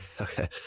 okay